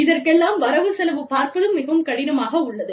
இதற்கெல்லாம் வரவு செலவு பார்ப்பதும் மிகவும் கடினமாக உள்ளது